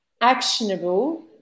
actionable